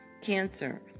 Cancer